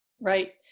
Right